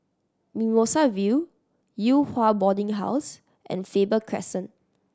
Mimosa View Yew Hua Boarding House and Faber Crescent